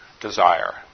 desire